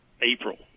April